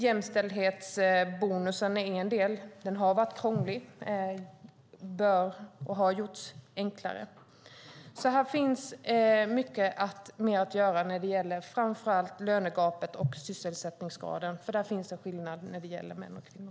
Jämställdhetsbonusen är också en del. Den har varit krånglig men har gjorts enklare. Det finns dock mycket kvar att göra. Framför allt gäller det lönegapet och sysselsättningsgraden där det är skillnad mellan män och kvinnor.